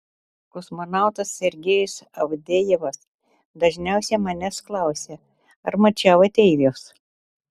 kosmonautas sergejus avdejevas dažniausiai manęs klausia ar mačiau ateivius